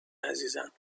عزیزم